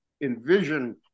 envision